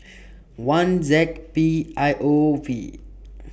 one Z P I O V